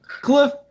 Cliff